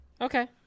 Okay